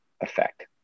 effect